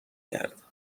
کرد